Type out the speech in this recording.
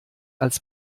als